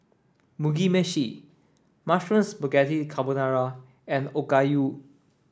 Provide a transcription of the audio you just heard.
Mugi Meshi Mushroom Spaghetti Carbonara and Okayu